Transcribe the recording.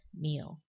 meal